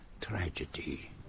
tragedy